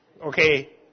Okay